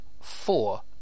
four